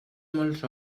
molts